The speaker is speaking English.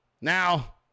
Now